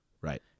Right